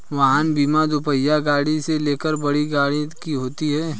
वाहन बीमा दोपहिया गाड़ी से लेकर बड़ी गाड़ियों की होती है